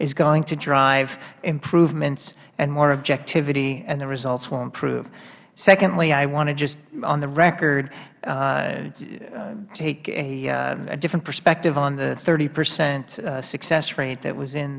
is going to drive improvements and more objectivity and the results will improve secondly i want to just on the record take a different perspective on the thirty percent success rate that was in